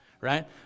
right